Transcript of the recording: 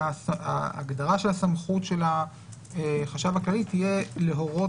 שההגדרה של הסמכות של החשב הכללי תהיה להורות